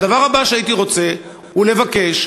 והדבר הבא שהייתי רוצה הוא לבקש,